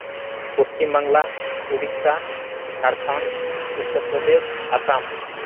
Paschimbangla Odisha Jharkhand Uttar Pradesh Assam